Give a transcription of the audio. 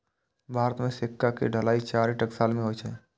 भारत मे सिक्का के ढलाइ चारि टकसाल मे होइ छै